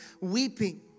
weeping